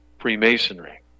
Freemasonry